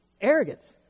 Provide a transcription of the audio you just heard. arrogance